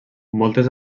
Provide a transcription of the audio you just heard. moltes